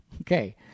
Okay